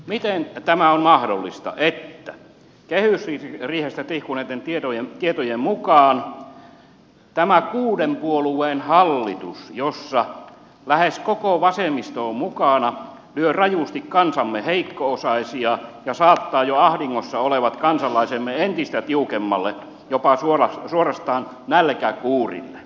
miten tämä on mahdollista että kehysriihestä tihkuneitten tietojen mukaan tämä kuuden puolueen hallitus jossa lähes koko vasemmisto on mukana lyö rajusti kansamme heikko osaisia ja saattaa jo ahdingossa olevat kansalaisemme entistä tiukemmalle jopa suorastaan nälkäkuurille